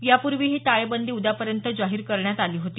यापुर्वी ही टाळेबंदी उद्यापर्यंत जाहीर करण्यात आली होती